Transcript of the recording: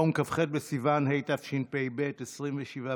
ישיבת